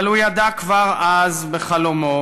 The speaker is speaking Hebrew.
אבל הוא ידע כבר אז בחלומו